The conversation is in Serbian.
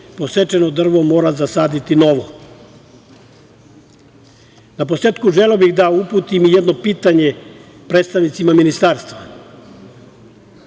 posečeno drvo mora zasaditi novo. Na posletku želeo bih da uputim jedno pitanje predstavnicima Ministarstva.